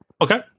Okay